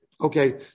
Okay